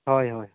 ᱦᱳᱭ ᱦᱳᱭ